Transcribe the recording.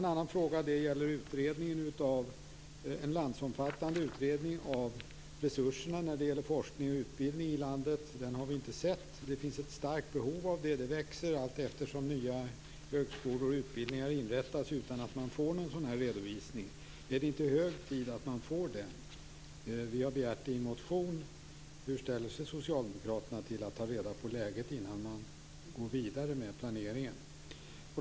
Den andra frågan gäller en landsomfattande utredning av resurserna när det gäller forskning och utbildning i landet. Den har vi inte sett. Det finns ett starkt behov av det. Det växer allteftersom nya högskolor och utbildningar inrättas utan att man får någon sådan redovisning. Är det inte hög tid att man får det? Vi har begärt det i en motion. Hur ställer sig Socialdemokraterna till att ta reda på läget innan man går vidare med planeringen?